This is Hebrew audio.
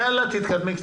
יאללה, תתקדמי קצת.